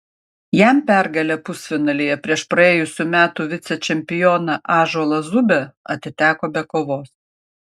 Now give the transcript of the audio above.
jam pergalė pusfinalyje prieš praėjusių metų vicečempioną ąžuolą zubę atiteko be kovos